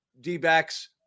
d-backs